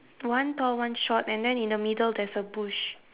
one tall one short and then in the middle there's a bush